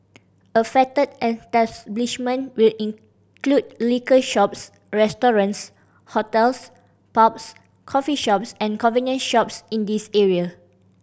affected establishment will include liquor shops restaurants hotels pubs coffee shops and convenience shops in these area